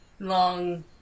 Long